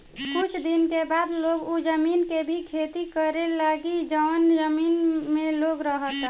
कुछ दिन के बाद लोग उ जमीन के भी खेती करे लागी जवन जमीन में लोग रहता